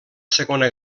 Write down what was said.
segona